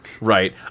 Right